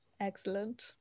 Excellent